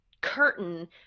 curtain